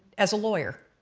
as a lawyer.